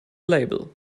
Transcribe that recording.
label